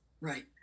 Right